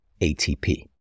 ATP